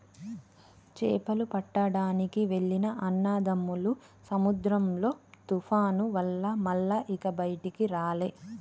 చేపలు పట్టడానికి వెళ్లిన అన్నదమ్ములు సముద్రంలో తుఫాను వల్ల మల్ల ఇక బయటికి రాలే